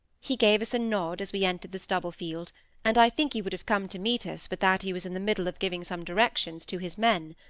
he gave us a nod as we entered the stubble-field and i think he would have come to meet us but that he was in the middle of giving some directions to his men.